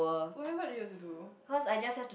what had ever you have to do